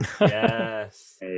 Yes